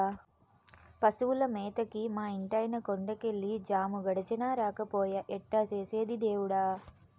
పశువుల మేతకి మా ఇంటాయన కొండ కెళ్ళి జాము గడిచినా రాకపాయె ఎట్టా చేసేది దేవుడా